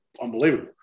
unbelievable